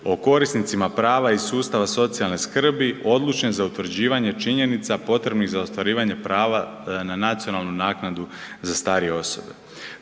o korisnicima prava iz sustava socijalne skrbi odlučne za utvrđivanje činjenica potrebnih za ostvarivanje prava na nacionalnu naknadu za starije osobe.